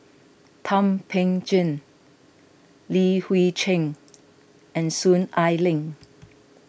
Thum Ping Tjin Li Hui Cheng and Soon Ai Ling